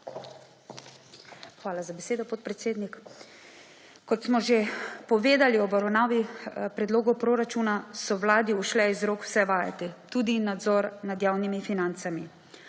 Hvala za besedo, podpredsednik. Kot smo že povedali ob obravnavi predlogov proračuna so Vladi ušle iz rok vse vajeti, tudi nadzor nad javnimi financami.